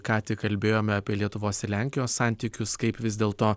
ką tik kalbėjome apie lietuvos ir lenkijos santykius kaip vis dėlto